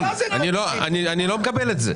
אני לא מקבל את זה.